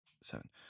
seven